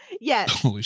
Yes